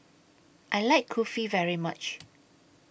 I like Kulfi very much